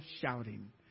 shouting